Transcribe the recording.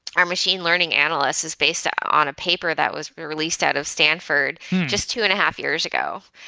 our machine learning analyst is based ah on a paper that was released out of stanford just two and half years ago.